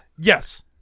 Yes